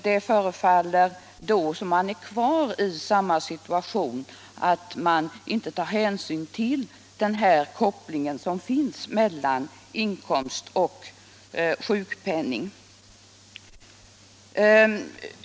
Det förefaller som om man är kvar i samma situation — att man inte tar hänsyn till den koppling som finns mellan inkomst och sjukpenning.